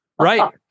Right